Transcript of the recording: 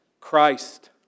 Christ